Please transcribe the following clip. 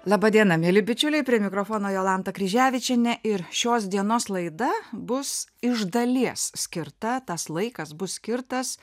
laba diena mieli bičiuliai prie mikrofono jolanta kryževičienė ir šios dienos laida bus iš dalies skirta tas laikas bus skirtas